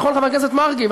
נכון, חבר הכנסת מרגי?